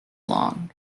long